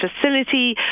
facility